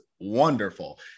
wonderful